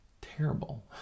terrible